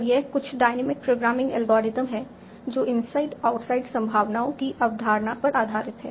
और यह कुछ डायनामिक प्रोग्रामिंग एल्गोरिथ्म है जो इनसाइड आउटसाइड संभावनाओं की अवधारणा पर आधारित है